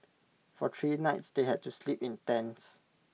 for three nights they had to sleep in tents